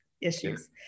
issues